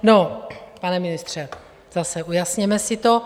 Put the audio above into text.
No, pane ministře, zase, ujasněme si to.